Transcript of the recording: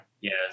Yes